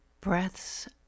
breaths